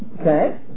Okay